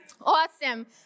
Awesome